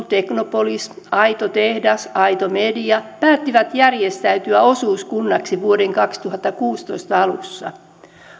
technopolis aito tehdas ja aito media päättivät järjestäytyä osuuskunnaksi vuoden kaksituhattakuusitoista alussa